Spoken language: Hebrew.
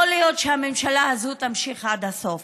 יכול להיות שהממשלה הזאת תמשיך עד הסוף.